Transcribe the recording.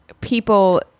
people